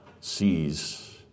sees